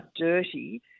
dirty